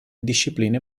discipline